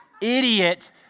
idiot